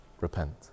repent